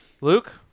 Luke